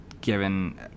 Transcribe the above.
given –